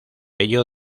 ello